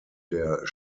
der